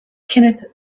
kenneth